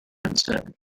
instead